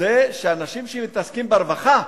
זה שאנשים שמתעסקים ברווחה,